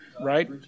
right